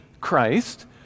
Christ